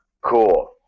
cool